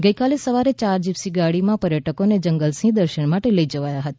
ગઇકાલે સવારે ચાર જિપ્સી ગાડીમાં પર્યટકોને જંગલમાં સિંહ દર્શન માટે લઇ જવાયા હતા